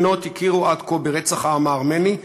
30 מדינות הכירו עד כה ברצח העם הארמני,